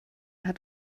hat